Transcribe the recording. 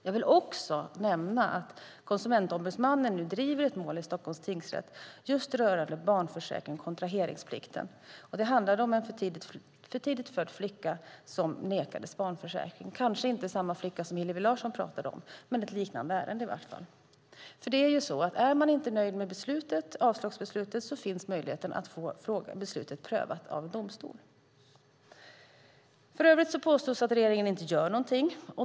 Jag vill också nämna att Konsumentombudsmannen nu driver ett mål vid Stockholms tingsrätt just rörande barnförsäkring och kontraheringsplikten. Det handlar om en för tidigt född flicka som nekades barnförsäkring. Det kanske inte var samma flicka som Hillevi Larsson pratade om, men det är ett liknande ärende. Det är ju så att om man inte är nöjd med avslagsbeslutet finns möjligheten att få beslutet prövat i domstol. För övrigt påstås att regeringen inte gör någonting.